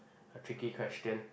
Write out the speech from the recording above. a tricky question